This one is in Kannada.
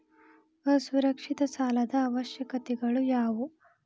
ಅಸುರಕ್ಷಿತ ಸಾಲದ ಅವಶ್ಯಕತೆಗಳ ಯಾವು